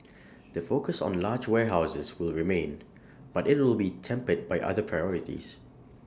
the focus on large warehouses will remained but IT will be tempered by other priorities